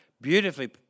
Beautifully